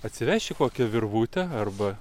atsiveši kokią virvutę arba